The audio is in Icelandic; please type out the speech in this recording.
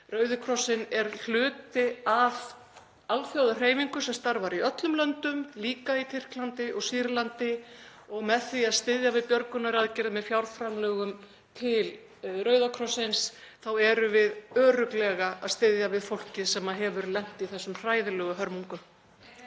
Rauði krossinn er hluti af alþjóðahreyfingu sem starfar í öllum löndum, líka í Tyrklandi og Sýrlandi, og með því að styðja við björgunaraðgerðir með fjárframlögum til Rauða krossins þá erum við örugglega að styðja við fólkið sem hefur lent í þessum hræðilegu hörmungum.